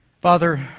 Father